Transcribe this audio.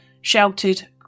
shouted